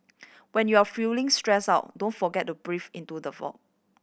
when you are feeling stressed out don't forget to breathe into the void